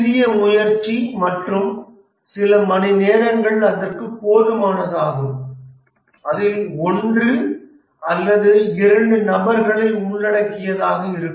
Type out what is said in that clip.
சிறிய முயற்சி மற்றும் சில மணிநேரங்கள் அதற்கு போதுமானதாகும் அதில் ஒன்று அல்லது இரண்டு நபர்களை உள்ளடக்கியதாக இருக்கும்